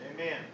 Amen